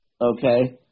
okay